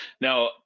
now